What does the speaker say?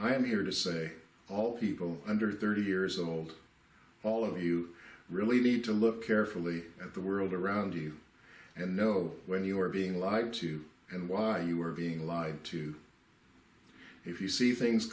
i am here to say all people under thirty years old all of you really need to look carefully at the world around you and know when you are being lied to and why you are being lied to if you see things